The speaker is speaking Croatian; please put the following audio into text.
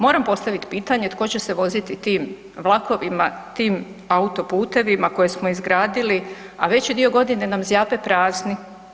Moram postavit pitanje tko će se voziti tim vlakovima, tim autoputevima koje smo izgradili a veći dio godine nam zjape prazni?